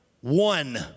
One